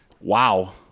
Wow